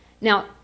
Now